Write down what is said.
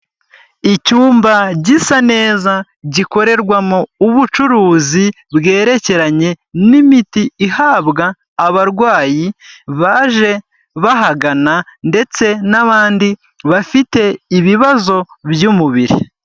Icyumba gisa neza gikorerwamo ubucuruzi bwerekeranye n'imiti ihabwa abarwayi baje bahagana ndetse n'abandi bafite ibibazo by'umubiri.